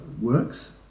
works